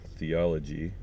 Theology